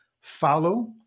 follow